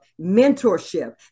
mentorship